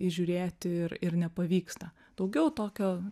įžiūrėti ir ir nepavyksta daugiau tokio